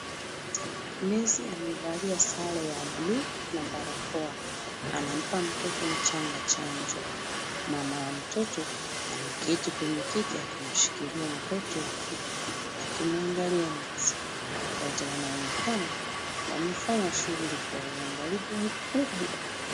Nesi amevalia sare ya bluu na barakoa. Anampa mtoto mchanga chanjo. Mama wa mtoto ameketi kwenye kiti akimshikilia mtoto, huku akimuangalia nesi. Wote wanaonekana wanafanya shughuli kwa uangalifu mkubwa.